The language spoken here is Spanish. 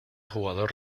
jugador